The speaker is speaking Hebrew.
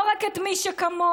לא רק את מי שכמוהם,